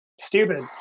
stupid